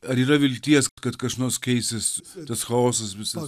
ar yra vilties kad kas nors keisis tas chaosas visas